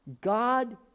God